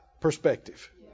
perspective